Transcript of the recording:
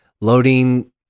loading